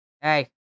Hey